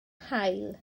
haul